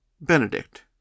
Benedict